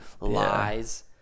lies